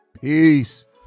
peace